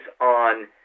on